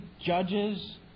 judges